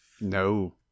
No